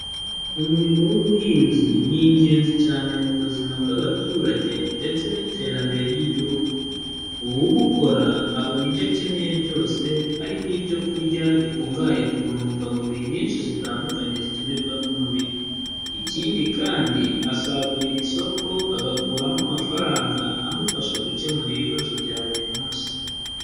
Umurimo w'ubuhinzi ni ingenzi cyane mu buzima bw'abaturage ndetse n'iterambere ry'igihugu. Uwu uba ukora abona ibyo akeneye byose harimo ibyokurya bikungahaye ku ntungamubiri nyinshi zitandukanye zikenerwa n'umubiri. Ikindi kandi asagurira isoko agakuramo amafaranga amufasha gukemura ibibazo bya buri munsi.